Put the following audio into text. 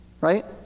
Right